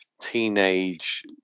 teenage